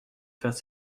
faire